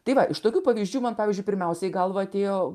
tai va iš tokių pavyzdžių man pavyzdžiui pirmiausia į galvą atėjo